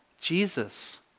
Jesus